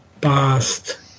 past